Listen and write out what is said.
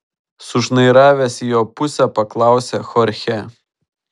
sušnairavęs į jo pusę paklausė chorchė